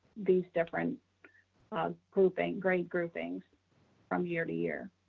these different grouping, great groupings from year to year.